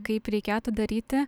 kaip reikėtų daryti